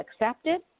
accepted